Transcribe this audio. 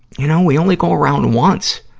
you know, we only go around once.